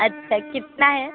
अच्छा कितना है